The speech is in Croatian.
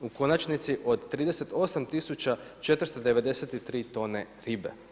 U konačnici od 38 tisuća 493 tone ribe.